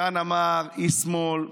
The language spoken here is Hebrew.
כאן אמר איש שמאל: